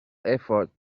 effort